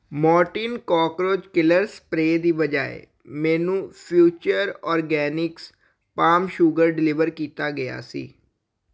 Mortein cockroach killer spray ਦੀ ਬਜਾਏ ਮੈਨੂੰ Future Organics palm sugar deliver ਕੀਤਾ ਗਿਆ ਸੀ